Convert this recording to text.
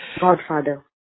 Godfather